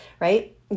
right